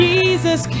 Jesus